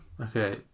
Okay